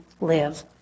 live